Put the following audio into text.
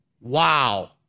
Wow